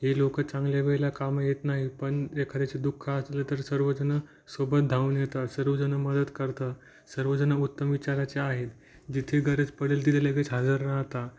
हे लोक चांगल्या वेळेला कामं येत नाही पण एखाद्याचे दुःख असलं तर सर्वजण सोबत धावून येतात सर्वजण मदत करतात सर्वजण उत्तम विचाराचे आहेत जिथे गरज पडेल तिथे लगेच हजर राहतात